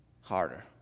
harder